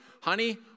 Honey